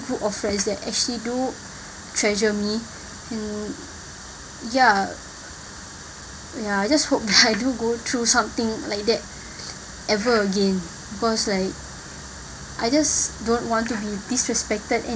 group of friends that actually do treasure me mm ya ya I just hope that I don't go through something like that ever again cause like I just don't want to be disrespected